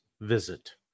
visit